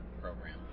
program